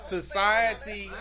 Society